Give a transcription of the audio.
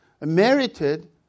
merited